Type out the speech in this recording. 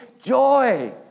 joy